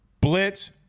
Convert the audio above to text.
Blitz